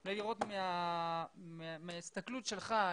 כדי לראות מההסתכלות שלך,